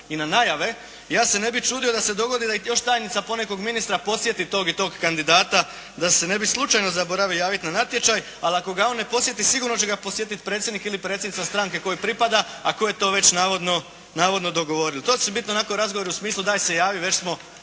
i na najave, ja se ne bih čudio da se dogodi da ih još tajnica ponekog ministra posjeti tog i tog kandidata da se ne bi slučajno zaboravio javiti na natječaj, ali ako ga on ne posjeti, sigurno će ga podsjetiti predsjednik ili predsjednica stranke kojoj pripada a koje je to već navodno dogovorili. To će biti onako razgovori u smislu, daj se javi, već smo